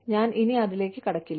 അതിനാൽ ഞാൻ ഇനി അതിലേക്ക് കടക്കില്ല